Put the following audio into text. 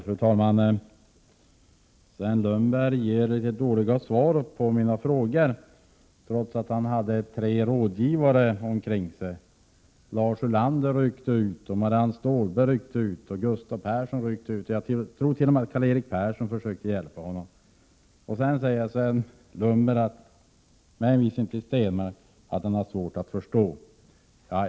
Fru talman! Sven Lundberg gav dåliga svar på mina frågor trots att han hade tre rådgivare omkring sig. Lars Ulander ryckte ut, Marianne Stålberg och Gustav Persson ryckte ut, och jag tror att t.o.m. Karl-Erik Persson Prot. 1987/88:127 försökte hjälpa till. Sedan sade Sven Lundberg med hänvisning till Ingemar 26 maj 1988 Stenmark att han har svårt att förstå.